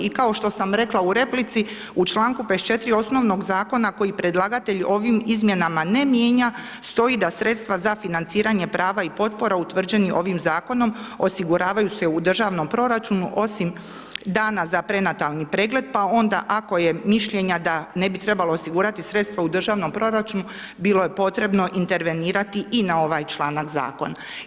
I kao što sam rekla u replici, u čl. 54. osnovnog zakona koji predlagatelj ovim izmjenama ne mijenja, stoji da sredstva za financiranje prava i potpora utvrđeni ovim zakonom osiguravaju se u državnom proračunu osim dana za prenatalni pregled, pa onda, ako je mišljenja da ne bi trebalo osigurati sredstva u državnom proračunu, bilo je potrebno intervenirati i na ovaj članak zakona.